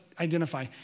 identify